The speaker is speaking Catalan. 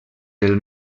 del